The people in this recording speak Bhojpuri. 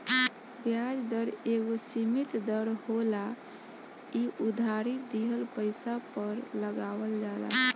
ब्याज दर एगो सीमित दर होला इ उधारी दिहल पइसा पर लगावल जाला